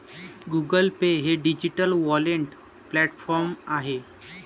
Google Pay हे digital wallet platform आहे